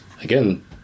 again